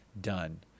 done